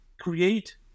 create